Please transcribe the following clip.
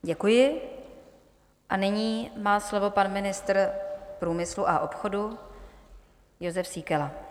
Děkuji a nyní má slovo pan ministr průmyslu a obchodu Jozef Síkela.